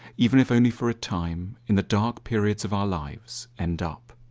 even if only for a time, in the dark periods of our lives, end up.